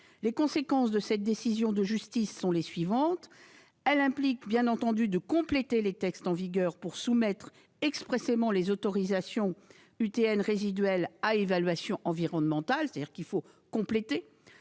Les conséquences de cette décision de justice sont les suivantes : elle implique qu'il faut compléter les textes en vigueur pour soumettre expressément les autorisations UTN résiduelles à évaluation environnementale. Toutes les instances